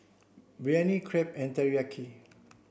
Biryani Crepe and Teriyaki